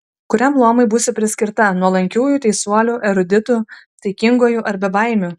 kuriam luomui būsiu priskirta nuolankiųjų teisuolių eruditų taikingųjų ar bebaimių